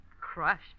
Crushed